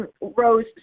rose